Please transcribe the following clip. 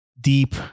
deep